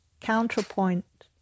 counterpoint